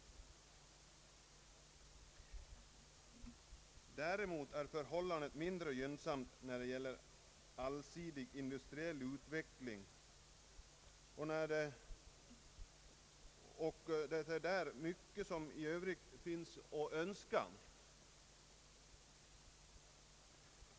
Däremot är förhållandet mindre gynnsamt när det gäller en allsidig industriell utveckling — därvidlag är mycket övrigt att önska.